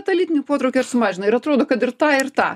tą lytinį potraukį ar sumažina ir atrodo kad ir tą ir tą